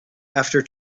after